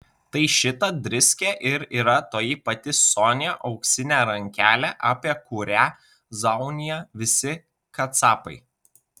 tai šita driskė ir yra toji pati sonia auksinė rankelė apie kurią zaunija visi kacapai